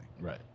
right